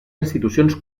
institucions